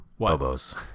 Bobos